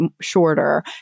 shorter